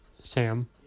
Sam